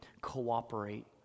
cooperate